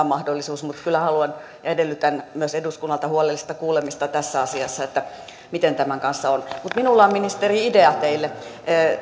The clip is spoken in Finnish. mahdollisuus mutta kyllä haluan ja edellytän myös eduskunnalta huolellista kuulemista tässä asiassa miten tämän kanssa on mutta minulla on ministeri idea teille